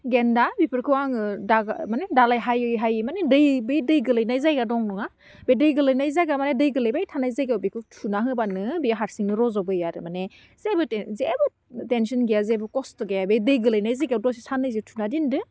गेन्दा बिफोरखौ आङो दागा माने दालाइ हायै हायै मानि दै बै दै गोलैनाय जायगा दं नङा बे दै गोलैनाय जायगा माने दै गोलैबाय थानाय जायगायाव बेखौ थुना होबानो बे हारसिंनो रज'बोयो आरो माने जेबो टेन्सन गैया जेबो खस्थ' गैया बे दै गोलैनाय जायगायाव दसे साननैसो थुना दोनदो